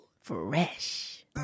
Fresh